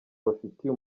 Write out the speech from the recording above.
bafitiye